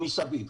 שמסביב.